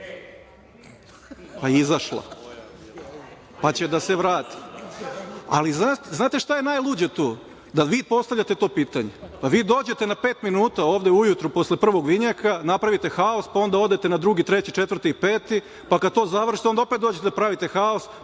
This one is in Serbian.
je, pa će da se vrati. Znate šta je najluđe tu? Da vi postavljate to pitanje, vi dođete na pet minuta ovde ujutro posle prvog vinjaka, napravite haos, pa onda odete na drugi, treći, četvrti i peti, pa kada to završite, onda opet dođete da pravite haos,